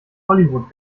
hollywood